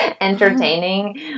entertaining